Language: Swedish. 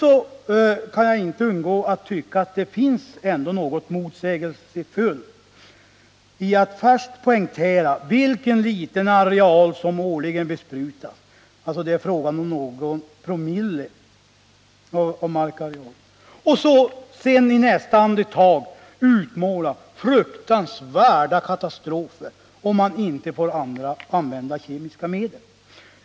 Jag kan sedan inte undgå att tycka att det ändå ligger något motsägelsefullt i att först poängtera att det är fråga om bara någon promille av markarealen som besprutas årligen och i nästa andetag utmåla fruktansvärda katastrofer om man inte får använda kemiska medel.